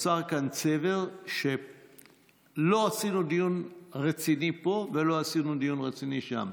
נוצר כאן צבר שלא עשינו דיון רציני פה ולא עשינו דיון רציני שם.